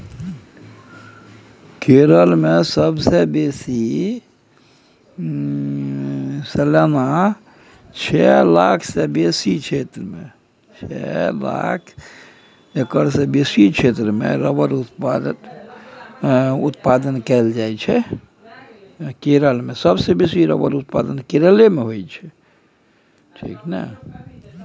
केरल मे सबसँ बेसी सलियाना छअ लाख सँ बेसी क्षेत्र मे रबर उपजाएल जाइ छै